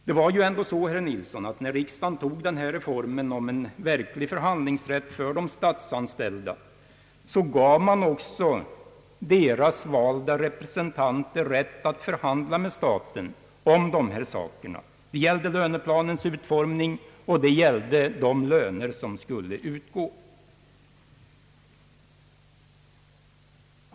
Det var ju ändå så, herr Nilsson, att när riksdagen antog den reform som gav en verklig förhandlingsrätt åt de statsanställda, gav man också deras valda representanter rätt att förhandla med staten om dessa saker. Det gällde löneplanens utformning, och det gällde de löner som skulle utgå.